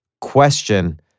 question